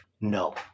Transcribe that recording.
no